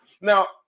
Now